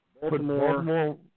Baltimore